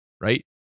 right